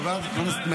חבר הכנסת עמית הלוי,